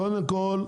קודם כל,